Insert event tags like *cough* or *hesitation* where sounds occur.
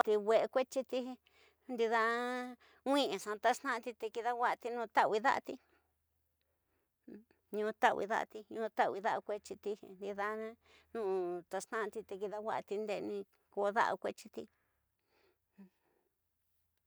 Te we'e kuetiyi, ndida *noise* nwixa taxtinati te kidawati ñu tawu, daati, *noise* ñu tawu daati, ñu ñawi daxa kuetiyi. Ndida *hesitation* taxtinati, te kidawati nde'eni ko da'a kuetiyi